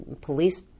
police